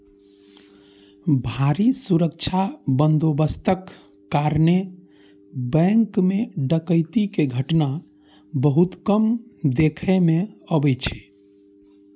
भारी सुरक्षा बंदोबस्तक कारणें बैंक मे डकैती के घटना बहुत कम देखै मे अबै छै